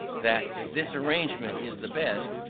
that this arrangement is the best,